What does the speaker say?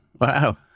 Wow